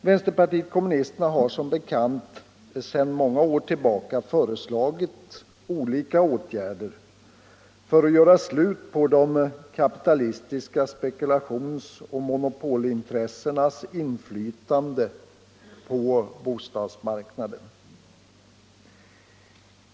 Vänsterpartiet kommunisterna har som bekant sedan många år föreslagit olika åtgärder för att göra slut på de kapitalitiska spekulationsoch monopolintressenas inflytande på bostadsmarknaden.